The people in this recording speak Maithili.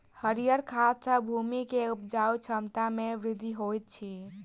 हरीयर खाद सॅ भूमि के उपजाऊ क्षमता में वृद्धि होइत अछि